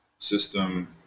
system